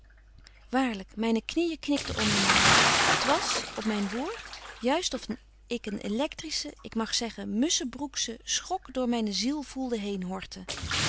waarlyk myne kniën knikten onder my t was op myn woord juist of ik een electrische ik mag zeggen musbetje wolff en aagje deken historie van mejuffrouw sara burgerhart schenbroeksche schok door myne ziel voelde